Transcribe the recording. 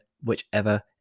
whichever